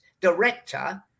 director